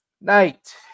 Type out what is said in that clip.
night